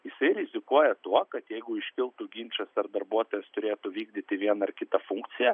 jisai rizikuoja tuo kad jeigu iškiltų ginčas ar darbuotojas turėtų vykdyti vieną ar kitą funkciją